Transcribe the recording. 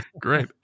Great